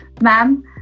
Ma'am